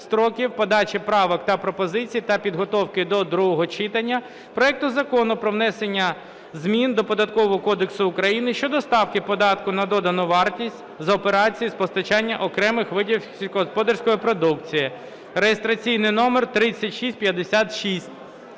строків подачі правок та пропозицій та підготовки до другого читання проекту Закону про внесення змін до Податкового кодексу України щодо ставки податку на додану вартість з операцій з постачання окремих видів сільськогосподарської продукції (реєстраційний номер 3656).